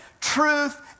truth